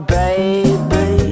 baby